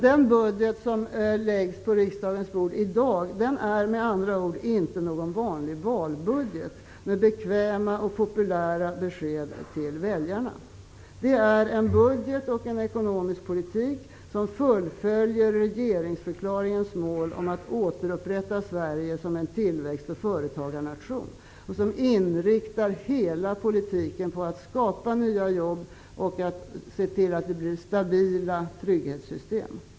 Den budgetproposition som läggs på riksdagens bord i dag innehåller med andra ord inte någon vanlig valbudget med bekväma och populära besked till väljarna. Det är en budget och en ekonomisk politik som fullföljer regeringsförklaringens mål om att återupprätta Sverige som en tillväxt och företagarnation. Hela politiken inriktas på att det skall skapas nya jobb och på att det skall bli stabila trygghetssystem.